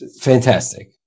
fantastic